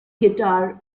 guitar